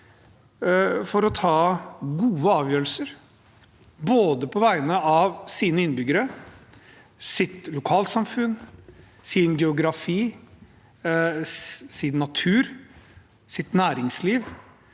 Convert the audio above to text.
for å ta gode avgjørelser, både på vegne av sine innbyggere, sitt lokalsamfunn, sin geografi, sin natur og sitt næringsliv.